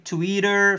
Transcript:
Twitter